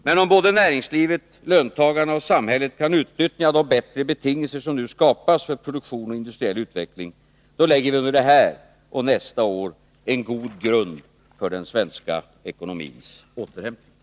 Men om både näringslivet, löntagarna och samhället kan utnyttja de bättre betingelser som nu skapas för produktion och industriell utveckling, lägger vi under detta och nästa år en god grund för den svenska ekonomins återhämtning.